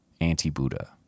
anti-Buddha